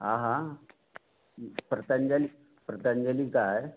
हाँ हाँ पतंजलि पतंजलि का है